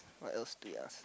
what else they asked